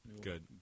Good